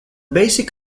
basic